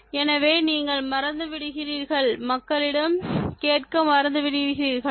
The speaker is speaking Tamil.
எனவே நீங்கள் மறந்துவிடுகிறீர்கள் மக்களிடம் கேட்க மறந்துவிட்டீர்களா